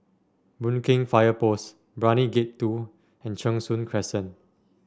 Boon Keng Fire Post Brani Gate Two and Cheng Soon Crescent